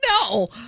No